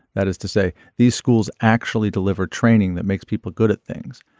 that is to say these schools actually deliver training that makes people good at things.